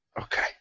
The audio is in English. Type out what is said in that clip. Okay